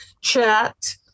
chat